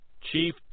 Chief